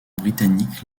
britanniques